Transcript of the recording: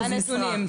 מה הנתונים?